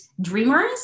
dreamers